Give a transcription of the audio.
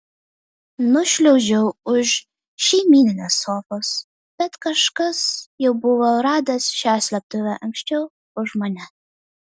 nušliaužiau už šeimyninės sofos bet kažkas jau buvo radęs šią slėptuvę anksčiau už mane